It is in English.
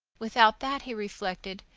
without that, he reflected,